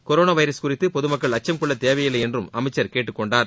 corona virus குறித்து பொதுமக்கள் அச்சம் கொள்ளத்தேவையில்லை என்றும் அமைச்சர் கேட்டுக்கொண்டார்